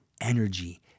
energy